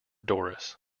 doris